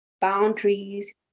boundaries